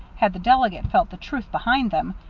had the delegate felt the truth behind him,